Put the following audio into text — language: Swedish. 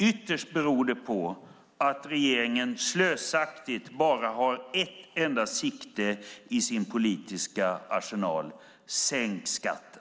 Ytterst beror det på att regeringen slösaktigt bara har ett enda sikte i sin politiska arsenal: Sänk skatten!